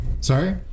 Sorry